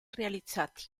realizzati